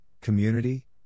community